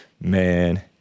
Man